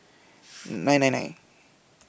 nine nine nine